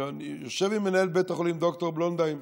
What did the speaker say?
ואני יושב עם מנהלת בית החולים, ד"ר בלונדהיים,